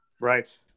Right